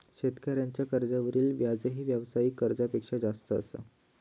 शेतकऱ्यांच्या कर्जावरील व्याजही व्यावसायिक कर्जापेक्षा जास्त असा